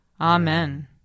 Amen